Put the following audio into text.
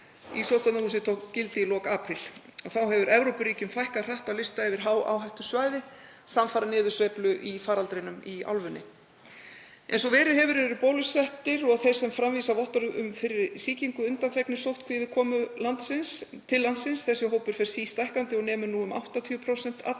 í sóttvarnahúsi tók gild í lok apríl. Þá hefur Evrópuríkjum fækkað hratt á lista yfir hááhættusvæði samfara niðursveiflu í faraldrinum í álfunni. Eins og verið hefur eru bólusettir og þeir sem framvísa vottorði um fyrri sýkingu undanþegnir sóttkví við komu til landsins. Þessi hópur fer sístækkandi og nemur nú um 80% allra